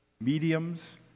mediums